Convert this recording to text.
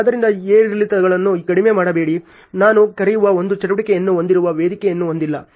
ಆದ್ದರಿಂದ ಏರಿಳಿತಗಳನ್ನು ಕಡಿಮೆ ಮಾಡಬೇಡಿ ನಾನು ಕರೆಯುವ ಒಂದು ಚಟುವಟಿಕೆಯನ್ನು ಹೊಂದಿರುವ ವೇದಿಕೆಯನ್ನು ಹೊಂದಿಲ್ಲ